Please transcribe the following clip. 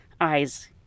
eyes